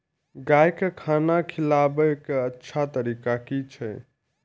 गाय का खाना खिलाबे के अच्छा तरीका की छे?